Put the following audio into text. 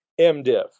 mdiv